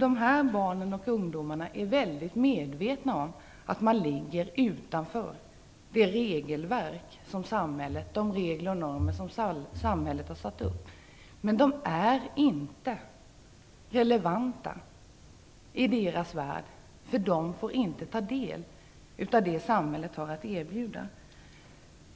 De här barnen och ungdomarna är väldigt medvetna om att de ligger utanför de regler och normer som samhället har satt upp. Samhällets normer är inte relevanta i deras värld, för de får inte ta del av det samhället har att erbjuda.